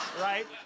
Right